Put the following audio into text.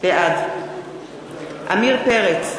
בעד עמיר פרץ,